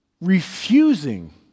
refusing